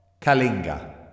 Kalinga